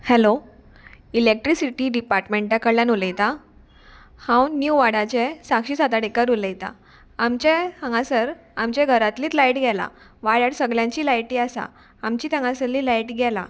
hello electricity डिपार्टमेंटा कडल्यान उलयतां हांव नीव वाडाचें साक्षी साताडेकर उलयतां आमचें हांगासर आमच्या घरांतलीच लायट गेलां वाड्यार सगल्यांची लायटी आसा आमची थंगासरली लायट गेला